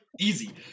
easy